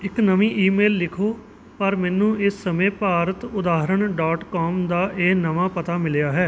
ਇੱਕ ਨਵੀਂ ਈਮੇਲ ਲਿਖੋ ਪਰ ਮੈਨੂੰ ਇਸ ਸਮੇਂ ਭਾਰਤ ਉਦਾਹਰਣ ਡਾਟ ਕਾਮ ਦਾ ਇਹ ਨਵਾਂ ਪਤਾ ਮਿਲਿਆ ਹੈ